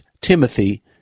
Timothy